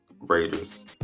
Raiders